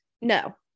No